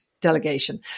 delegation